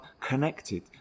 connected